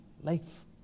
life